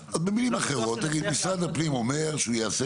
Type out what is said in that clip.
אז במילים אחרות תגיד משרד הפנים אומר שהוא יעשה